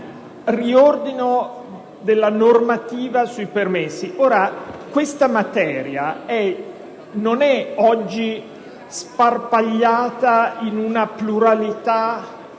riordino della normativa sui permessi. Questa materia non è oggi sparpagliata in una pluralità